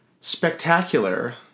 spectacular